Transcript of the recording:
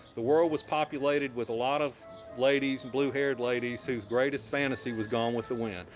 the world was populated with a lot of ladies, blue-haired ladies whose greatest fantasy was gone with the wind,